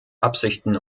absichten